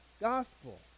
gospel